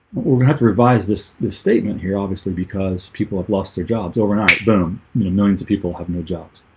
we have to revise this this statement here, obviously because people have lost their jobs over not boom knowing that people have no jobs